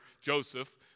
Joseph